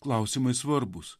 klausimai svarbūs